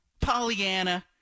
Pollyanna